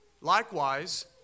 Likewise